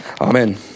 Amen